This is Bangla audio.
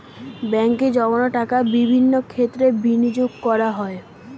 ব্যাঙ্কে জমানো টাকা বিভিন্ন ক্ষেত্রে বিনিয়োগ করা যায়